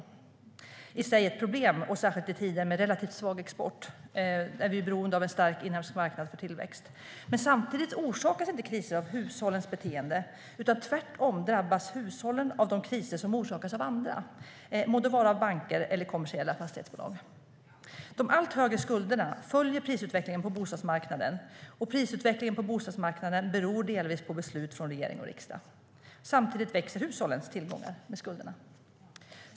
Det är i sig ett problem, för särskilt i tider med relativt svag export är vi beroende av en stark inhemsk marknad för tillväxt. Samtidigt orsakas inte kriser av hushållens beteende, utan tvärtom drabbas hushållen av de kriser som orsakas av andra, må det vara banker eller kommersiella fastighetsbolag. De allt högre skulderna följer prisutvecklingen på bostadsmarknaden, och prisutvecklingen på bostadsmarknaden beror delvis på beslut av regering och riksdag. Samtidigt växer hushållens tillgångar med skulderna.